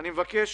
אני מבקש